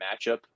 matchup